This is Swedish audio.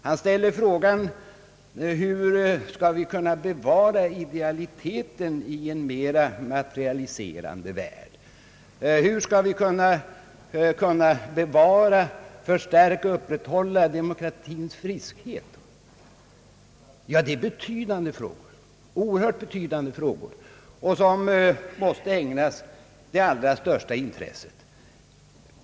Han ställer i dag frågan: Hur skall vi kunna bevara idealiteten i en alltmer materialiserad värld, och hur skall vi kunna upprätthålla och förstärka demokratins friskhet? Ja, det är oerhört betydelsefulla frågor som måste ägnas allra största intresse.